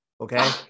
Okay